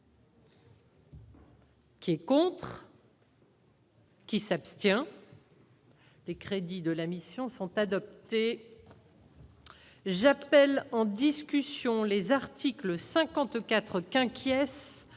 Qui est contre. Qui s'abstient. Les crédits de la mission sont adoptés, j'appelle en discussion : les articles 57 quater